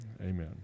Amen